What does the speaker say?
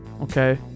okay